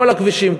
כל הכבישים,